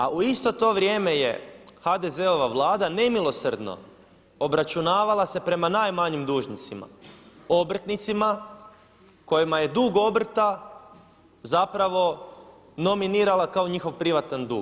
A u isto to vrijeme je HDZ-ova Vlada nemilosrdno obračunavala se prema najmanjim dužnicima, obrtnicima kojima je dug obrta zapravo nominirala kao njihov privatan dug.